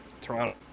Toronto